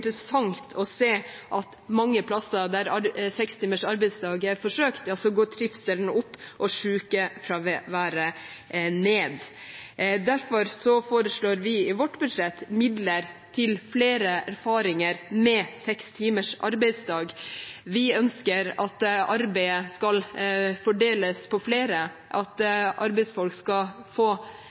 å se at på mange plasser som har forsøkt med seks timers arbeidsdag, går trivselen opp og sykefraværet ned. Derfor foreslår vi i vårt budsjett midler til flere erfaringer med seks timers arbeidsdag. Vi ønsker at arbeidet skal fordeles på flere, at arbeidsfolk skal få